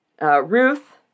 Ruth